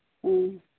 ꯎꯝ